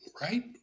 Right